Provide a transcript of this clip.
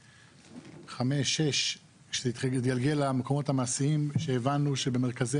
2005-2006 כשזה התגלגל למקומות המעשיים כשהבנו שבמרכזי